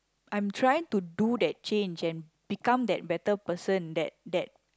I'm trying to do that change and become that better person that that